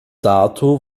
dato